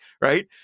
right